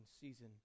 season